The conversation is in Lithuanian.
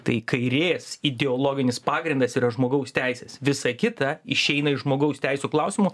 tai kairės ideologinis pagrindas yra žmogaus teisės visa kita išeina iš žmogaus teisių klausimų